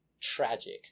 tragic